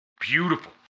Beautiful